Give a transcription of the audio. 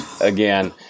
again